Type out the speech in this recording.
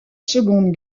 seconde